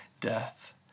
death